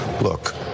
Look